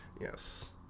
yes